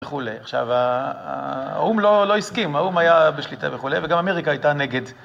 וכולי. עכשיו, האום לא הסכים, האום היה בשליטה וכולי, וגם אמריקה הייתה נגד.